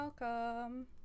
Welcome